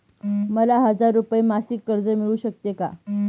मला हजार रुपये मासिक कर्ज मिळू शकते का?